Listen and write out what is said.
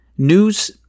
News